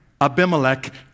Abimelech